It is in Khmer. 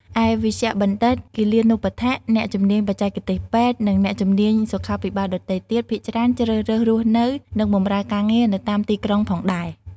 ឯ វេជ្ជបណ្ឌិត គិលានុបដ្ឋាក អ្នកជំនាញបច្ចេកទេសពេទ្យ និងអ្នកជំនាញសុខាភិបាលដទៃទៀតភាគច្រើនជ្រើសរើសរស់នៅ និងបម្រើការងារនៅតាមទីក្រុងផងដែរ។